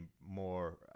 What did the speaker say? more